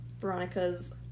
Veronica's